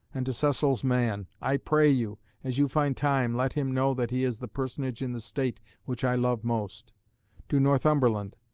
and to cecil's man i pray you, as you find time let him know that he is the personage in the state which i love most to northumberland,